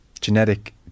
genetic